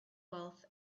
wealth